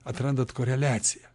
atrandat koreliaciją